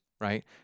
right